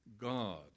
God